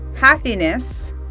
happiness